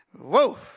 Whoa